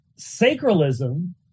Sacralism